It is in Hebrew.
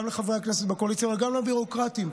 גם לחברי הכנסת בקואליציה וגם לביורוקרטים: